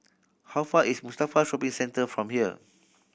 how far away is Mustafa Shopping Centre from here